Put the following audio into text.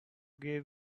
gave